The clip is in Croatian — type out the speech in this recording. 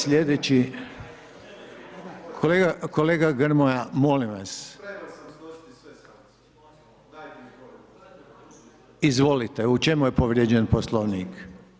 Slijedeći, kolega Grmoja, molim vas, izvolite u čemu je povrijeđen Poslovnik.